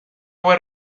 fue